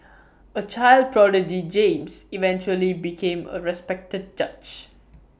A child prodigy James eventually became A respected judge